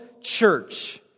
church